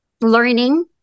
learning